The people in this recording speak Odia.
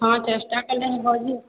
ହଁ ଚେଷ୍ଟା କଲେ ହବ ଆଜି